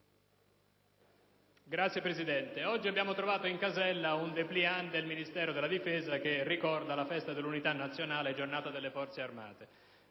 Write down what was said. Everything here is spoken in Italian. Signora Presidente, oggi abbiamo trovato in casella un *depliant* del Ministero della difesa che ricorda la Festa dell'unità nazionale e giornata delle Forze armate.